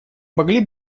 могли